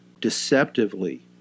deceptively